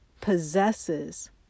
possesses